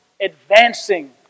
advancing